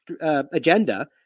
agenda